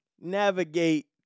navigate